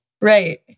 Right